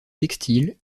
textile